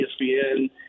ESPN